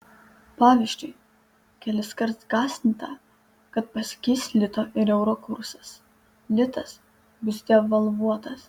pavyzdžiui keliskart gąsdinta kad pasikeis lito ir euro kursas litas bus devalvuotas